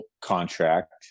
contract